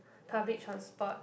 public transport